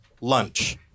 lunch